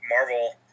Marvel